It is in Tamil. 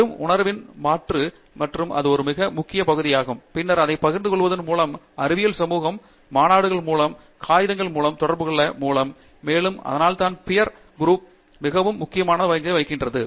வெறும் உணர்வின் மாற்றம் மற்றும் அது ஒரு மிக முக்கிய பகுதியாகும் பின்னர் அதை பகிர்ந்து கொள்வதன் மூலம் அறிவியல் சமூகம் மாநாடுகள் மூலம் காகிதங்கள் மூலம் தொடர்புகொள்வதன் மூலம் மேலும் அதனால்தான் பியர் சமூகம் மிகவும் முக்கியமான பங்கை வகிக்கிறது